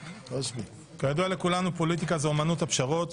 כידוע לכולנו פוליטיקה היא אומנות הפשרות,